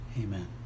amen